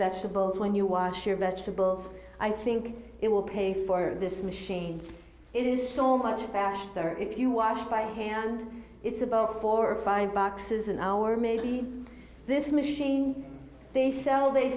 shabelle when you wash your vegetables i think it will pay for this machine it is so much passion there if you wash my hands it's about four or five boxes an hour maybe this machine they sell they